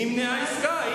נמנעה העסקה.